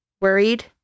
Worried